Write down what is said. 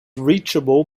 reachable